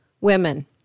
women